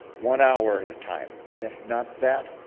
one hour at a time and if not that,